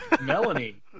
Melanie